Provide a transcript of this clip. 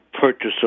purchase